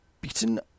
beaten